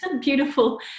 beautiful